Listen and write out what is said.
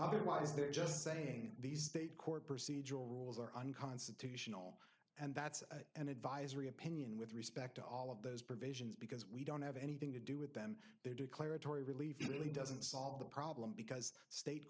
otherwise they're just saying these state court procedural rules are unconstitutional and that's an advisory opinion with respect to all of those provisions because we don't have anything to do with them they're declaratory relief really doesn't solve the problem because state